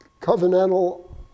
Covenantal